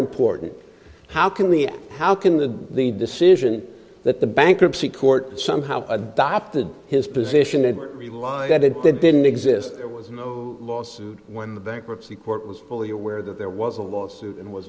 importantly how can we how can the the decision that the bankruptcy court somehow adopted his position ever realize that it did didn't exist there was no lawsuit when the bankruptcy court was fully aware that there was a lawsuit and was